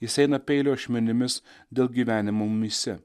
jis eina peilio ašmenimis dėl gyvenimo mumyse